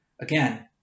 Again